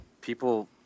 people